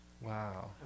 Wow